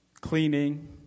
cleaning